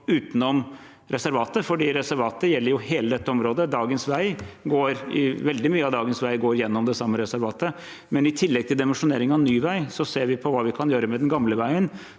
utenom reservatet fordi reservatet gjelder hele dette området. Veldig mye av dagens vei går gjennom det samme reservatet. I tillegg til dimensjonering av ny vei ser vi på hva vi kan gjøre med den gamle veien